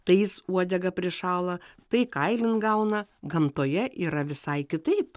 tai jis uodegą prišąla tai kailin gauna gamtoje yra visai kitaip